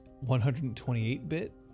128-bit